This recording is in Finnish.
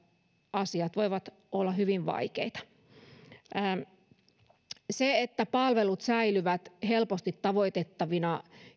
asiat voivat olla hyvin vaikeita se että palvelut säilyvät helposti tavoitettavina